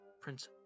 Prince